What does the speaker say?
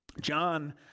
John